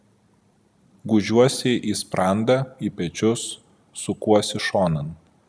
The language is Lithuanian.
gūžiuosi į sprandą į pečius sukuosi šonan